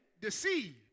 deceive